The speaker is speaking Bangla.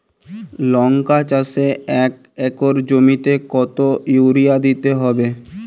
লংকা চাষে এক একর জমিতে কতো ইউরিয়া দিতে হবে?